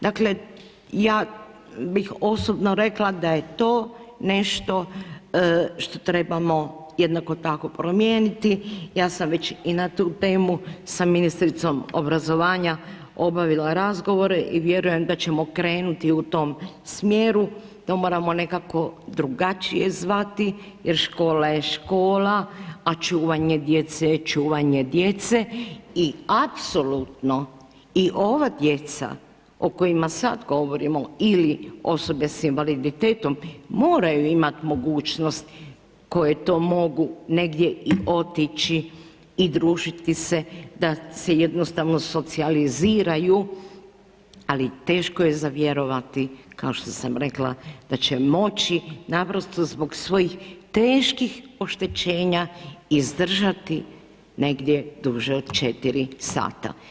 Dakle ja bih osobno rekla da je to nešto što trebamo jednako tako promijeniti, ja sam već i na tu temu sa ministricom obrazovanja obavila razgovore i vjerujem da ćemo krenuti u tom smjeru, to moramo nekako drugačije zvati jer škola je škola a čuvanje djece je čuvanje djece i apsolutno i ova djeca o kojima sad govorimo ili osobe sa invaliditetom, moraju imat mogućnost koje to mogu negdje i otići i družiti se da se jednostavno socijaliziraju ali teško je za vjerovati kao što sam rekla, da će moći naprosto zbog svojih teških oštećenja izdržati negdje duže od 4 sata.